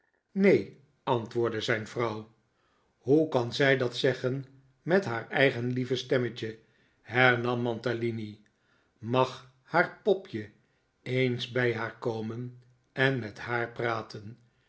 neen antwoordde zijn vrouw hoe kan zij dat zeggen met haar eigen lieve stemmetje hernam mantalini mag haar popje eens bij haar komen en met haar praten